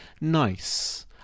nice